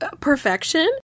perfection